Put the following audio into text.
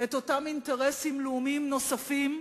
את אותם אינטרסים לאומיים נוספים,